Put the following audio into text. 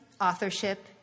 authorship